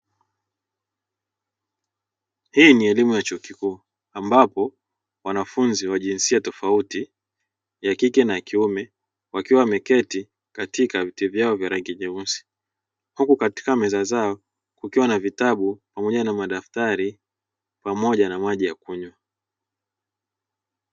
Hii ni elimu ya chuo kikuu ambapo wanafunzi wa jinsia tofauti ya kike na ya kiume wakiwa wameketi katika viti vyao vya rangi nyeusi, huku katika meza zao kukiwa na vitabu pamoja na madaftari pamoja na maji ya kunywa.